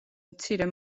მცირე